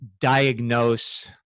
diagnose